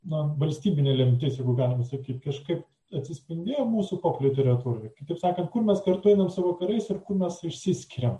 na valstybinė lemtis jeigu galima sakyt kažkaip atsispindėjo mūsų pop literatūroj kitaip sakant kur mes kartu einam su vakarais ir kur mes išsiskiriam